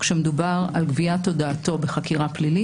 כאשר מדובר על גביית הודעתו בחקירה פלילית,